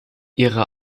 ihre